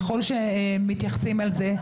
ככל שמתייחסים לזה,